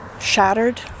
Shattered